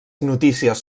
notícies